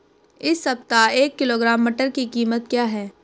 इस सप्ताह एक किलोग्राम मटर की कीमत क्या है?